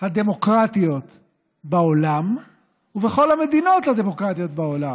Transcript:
הדמוקרטיות בעולם ובכל המדינות הדמוקרטיות בעולם.